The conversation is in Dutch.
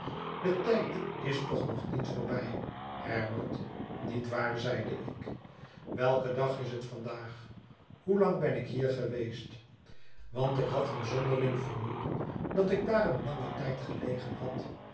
de tijd is toch nog niet voorbij herbert niet waar zeide ik welke dag is het vandaag hoelang ben ik hier geweest wan ik had een zonderling vermoeden dat ik daar een langen tijd gelegen had